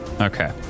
Okay